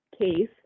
case